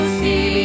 see